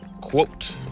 quote